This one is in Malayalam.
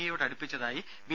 എയോട് അടുപ്പിച്ചതായി ബി